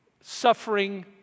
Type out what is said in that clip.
Suffering